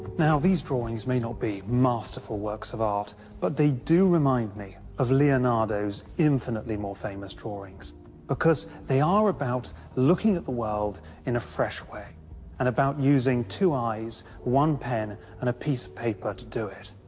now these drawings may not be masterful works of art but they do remind me of leonardo's infinitely more famous drawings because they are about looking at the world in a fresh way and about using two eyes, one pen and a piece of paper to do it,